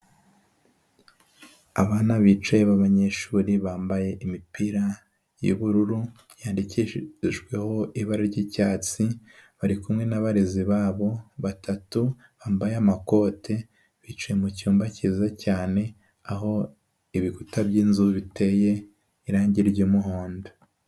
Abana bicaye b'abanyeshuri bambaye imipira y'ubururu, yandikishijweho ibara ry'icyatsi, bari kumwe n'abarezi babo batatu, bambaye amakote, bicaye mu cyumba kiza cyane, aho ibikuta by'inzu biteye irangi ry'umuhondo.